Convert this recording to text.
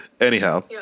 anyhow